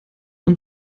und